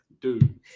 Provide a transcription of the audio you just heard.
dude